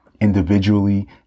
Individually